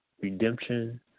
redemption